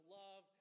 love